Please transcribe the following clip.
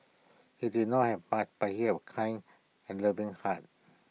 he did not have but he have A kind and loving heart